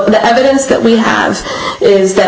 the evidence that we have is that